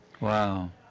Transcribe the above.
Wow